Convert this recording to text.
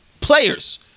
players